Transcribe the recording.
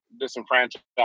disenfranchised